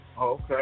okay